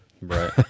right